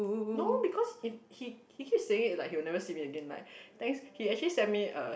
no because he he he keeps saying like he will never see me again like thanks he actually send me a